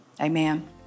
Amen